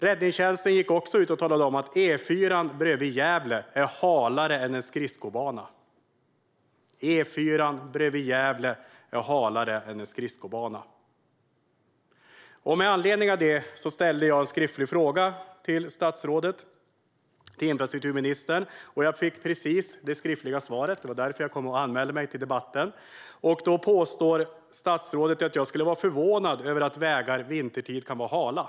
Räddningstjänsten gick också ut och talade om: E4:an bredvid Gävle är halare än en skridskobana. Med anledning av det ställde jag en skriftlig fråga till infrastrukturministern. Jag fick precis det skriftliga svaret. Det var därför jag kom och anmälde mig till debatten. Statsrådet påstår att jag skulle vara förvånad över att vägar vintertid kan vara hala.